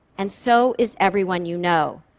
and so is everyone you know.